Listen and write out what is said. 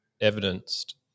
evidenced